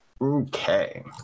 okay